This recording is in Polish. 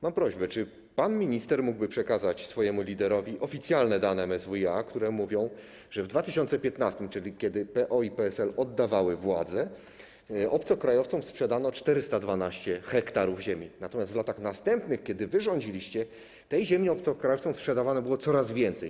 Mam prośbę: Czy pan minister mógłby przekazać swojemu liderowi oficjalne dane MSWiA, które mówią, że w 2015 r., czyli kiedy PO i PSL oddawały władzę, obcokrajowcom sprzedano 412 ha ziemi, natomiast w latach następnych, kiedy wy rządziliście, tej ziemi obcokrajowcom sprzedawane było coraz więcej?